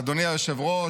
אדוני היושב-ראש,